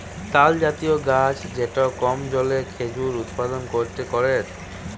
তালজাতীয় গাছ যেটা কম জলে খেজুর উৎপাদন করেটে